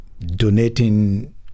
donating